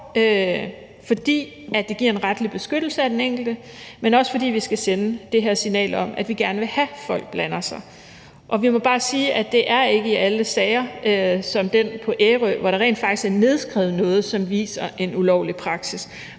fordi det giver en retlig beskyttelse af den enkelte, men også fordi vi skal sende det her signal om, at vi gerne vil have, at folk blander sig. Og vi må bare sige, at det ikke sker i alle sager – som den på Ærø, hvor der rent faktisk er nedskrevet noget, som viser en ulovlig praksis.